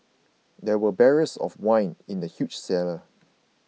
there were barrels of wine in the huge cellar